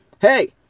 Hey